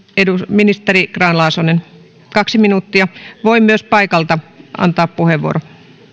ministeri grahn laasonen kaksi minuuttia voin myös paikalta antaa puheenvuoron